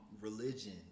religion